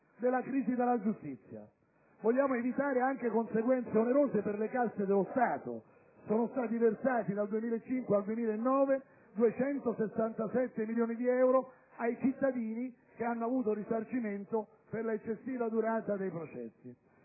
della crisi della giustizia. Vogliamo evitare anche conseguenze onerose per le casse dello Stato: dal 2005 al 2009 sono stati versati 267 milioni di euro ai cittadini che hanno ottenuto un risarcimento per l'eccessiva durata dei processi.